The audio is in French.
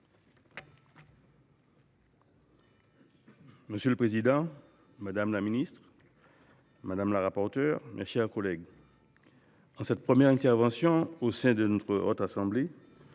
Monsieur le président, madame la ministre, mes chers collègues, pour cette première intervention au sein de notre Haute Assemblée,